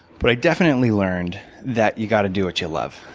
but i definitely learned that you've got to do what you love.